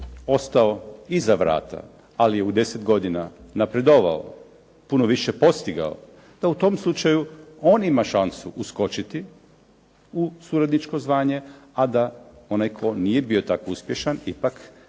ostao iza vrata, ali je u 10 godina napredovao, puno više postigao, da u tom slučaju on ima šansu uskočiti u suradničko zvanje, a da onaj tko nije bio tako uspješan ipak mora